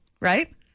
right